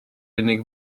unig